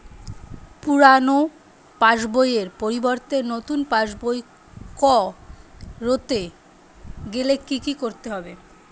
পুরানো পাশবইয়ের পরিবর্তে নতুন পাশবই ক রতে গেলে কি কি করতে হবে?